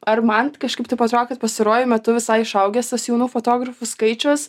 ar man kažkaip taip atrodo kad pastaruoju metu visai išaugęs tas jaunų fotografų skaičius